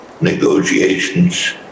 negotiations